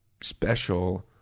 special